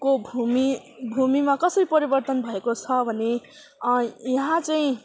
को भूमि भूमिमा कसरी परिवर्तन भएको छ भने यहाँ चाहिँ